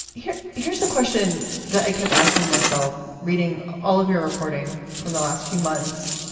here, here's the question that i kept asking myself, reading all of your reporting from the last few months,